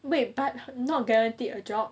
wait but not guaranteed a job